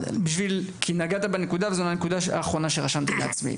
כי נגעת בנקודה הזו וזו הנקודה האחרונה שרשמתי לעצמי.